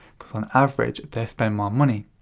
cuz on average they spend more money.